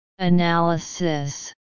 analysis